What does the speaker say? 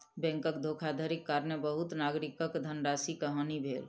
बैंकक धोखाधड़ीक कारणेँ बहुत नागरिकक धनराशि के हानि भेल